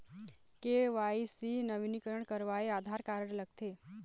KYC नवीनीकरण करवाये Aadhaar card लगथे?